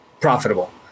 profitable